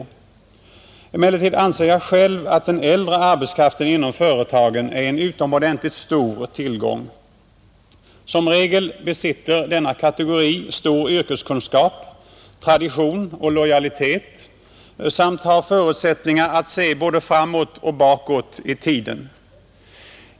Emellertid anser jag själv att den äldre arbetskraften inom företagen är en utomordentligt stor tillgång. Som regel besitter denna kategori stor yrkeskunskap, tradition och lojalitet samt har förutsättningar att se både framåt och bakåt i tiden.